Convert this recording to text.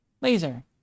Laser